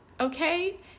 okay